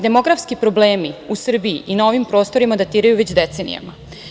Demografski problemi u Srbiji i na ovim prostorima datiraju već decenijama.